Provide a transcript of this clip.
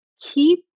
keep